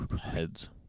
Heads